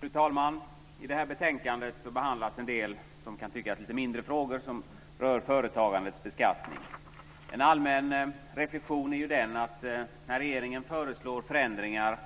Fru talman! I detta betänkande behandlas en del kan det tyckas lite mindre frågor som rör företagandets beskattning. En allmän reflexion är att när regeringen föreslår förändringar